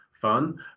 fun